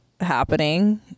happening